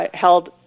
held